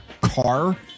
car